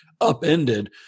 upended